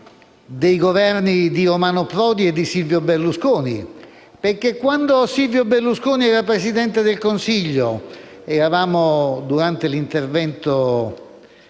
Grazie